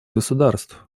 государств